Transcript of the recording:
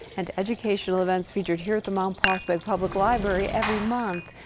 and educational events featured here at the mount prospect public library every month.